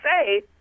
say